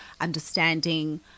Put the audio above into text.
understanding